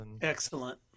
Excellent